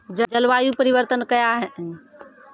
जलवायु परिवर्तन कया हैं?